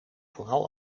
vooral